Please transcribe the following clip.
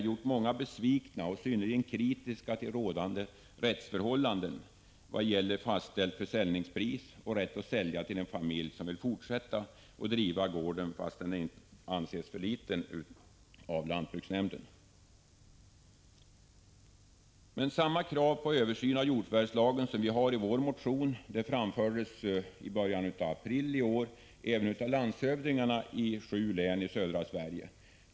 blivit besvikna och är synnerligen kritiska mot rådande förhållanden i vad gäller fastställt försäljningspris och rätten att sälja till en familj som vill fortsätta att driva gården, fastän den av lantbruksnämnden anses vara för liten. Samma krav på översyn av jordförvärvslagen som vi har i vår motion framfördes i början av april även av landshövdingarna i sju län i södra Sverige.